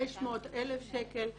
500, 1,000 שקל.